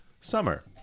summer